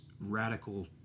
radical